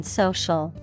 social